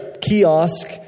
kiosk